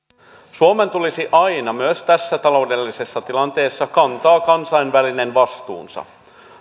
suomen tulisi aina myös tässä taloudellisessa tilanteessa kantaa kansainvälinen vastuunsa